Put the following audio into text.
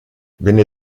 venne